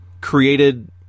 created